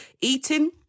Eating